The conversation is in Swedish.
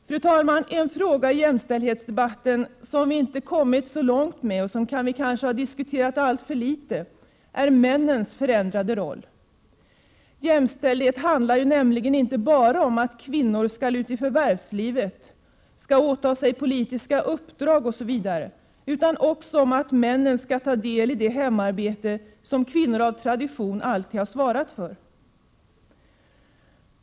Fru talman! En fråga i jämställdhetsdebatten som vi inte kommit så långt med, och som vi kanske har diskuterat alltför litet, är männens förändrade roll. Jämställdhet handlar ju nämligen inte bara om att kvinnor skall ut i förvärvslivet, skall åta sig politiska uppdrag osv., utan också om att männen skall ta del i det hemarbete som kvinnor av tradition alltid svarat för.